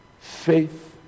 Faith